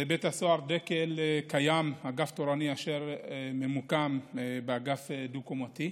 בבית הסוהר דקל קיים אגף תורני אשר ממוקם באגף דו-קומתי,